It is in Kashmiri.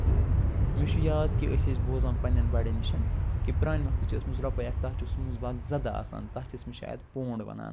تہٕ مےٚ چھُ یاد کہِ أسۍ ٲسۍ بوزان پنٛنٮ۪ن بَڑٮ۪ن نِش کہِ پرانہِ وقتہٕ چھِ ٲسمٕژ رۄپَے اکھ تتھ چھُ اوسمُت مُنٛز باگ زَدٕ آسان تَتھ چھِ ٲسۍمٕتۍ شاید پونٛڈ وَنان